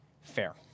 fair